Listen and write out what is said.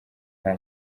nta